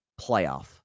playoff